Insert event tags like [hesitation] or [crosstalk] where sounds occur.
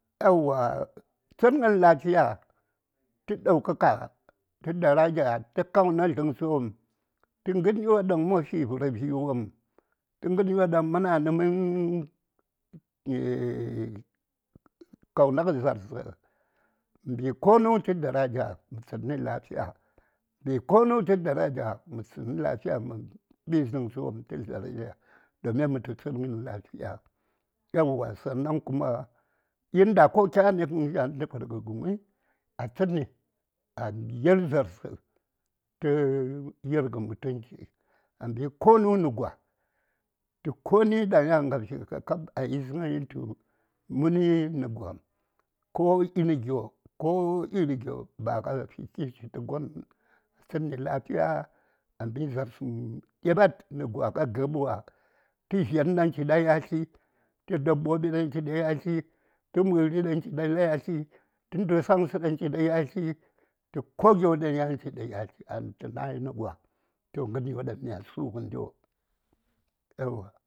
﻿Yauwa! Tsəŋgən lafiya tə daukaka tə daraja tə kauna dləŋsə wopm tə ŋəryo ɗaŋ ma fi vər vi: wopm tə ŋəryo daŋ ma na: nə mən [hesitation] kana ŋə za:rsə mə mbi konu tə daraja mə tsənni lafiya mə mbi dləŋsəwopm ta daraja domin mə tu tsəngən lafiya yauwa inda ko kyani gən tə vərŋə guŋei a tsədni a yel za:rsə tə yir ŋə mutunchi koni daŋ yan ka fi a yisəŋei tu koni nə gwa ko iri gyo ba kafi kishi tə gon həŋ a tsənni lafiya a mbi za:rsə ɗeɓat nə gwa a gə:b wa, tə dzetn daŋ chiɗa yatli tə dabbobi daŋ chiɗa yatli, tə məri daŋ chida yatli tə ndotsaŋsə daŋ chida yatli tə ko gyo daŋ chida yatli am tə nayi nə gwa toh, ŋəryo daŋ mya su ŋəndiyo, yauwa.